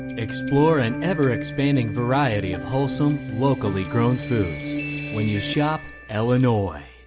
explore an ever expanding variety of wholesome, locally grown foods when you shop illinois,